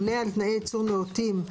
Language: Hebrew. לתת אישור עמידה בתנאי ייצור נאותים,